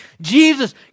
Jesus